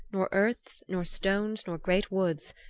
nor earths nor stones nor great woods,